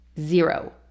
zero